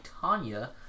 Tanya